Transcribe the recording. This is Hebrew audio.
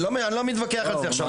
אני לא מתווכח על זה עכשיו.